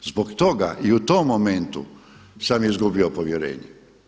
Zbog toga i u tom momentu sam izgubio povjerenje.